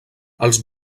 els